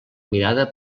mirada